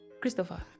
Christopher